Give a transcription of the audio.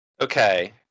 Okay